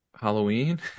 Halloween